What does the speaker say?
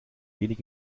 wenig